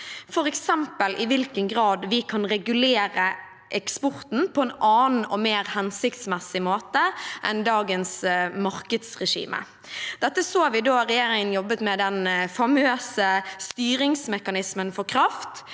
f.eks. i hvilken grad vi kan regulere eksporten på en annen og mer hensiktsmessig måte enn med dagens markedsregime. Dette så vi da regjeringen jobbet med den famøse styringsmekanismen for kraft.